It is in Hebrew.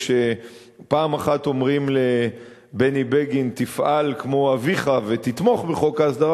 כשפעם אומרים לבני בגין: תפעל כמו אביך ותתמוך בחוק ההסדרה,